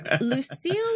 Lucille